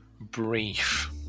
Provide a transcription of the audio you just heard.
brief